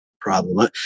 problem